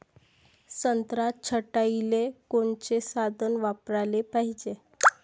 संत्रा छटाईले कोनचे साधन वापराले पाहिजे?